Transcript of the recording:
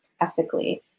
ethically